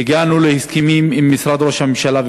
הגענו להסכמים עם משרד ראש הממשלה,